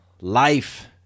life